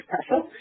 special